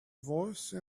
voice